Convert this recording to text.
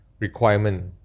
requirement